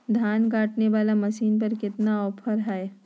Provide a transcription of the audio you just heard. धान काटने वाला मसीन पर कितना ऑफर हाय?